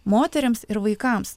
moterims ir vaikams